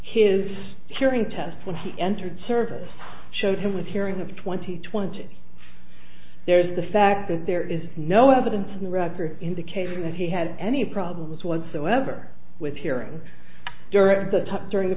his hearing tests when he entered service showed him with hearing of twenty twenty there's the fact that there is no evidence in the record indicating that he had any problems whatsoever with hearing during that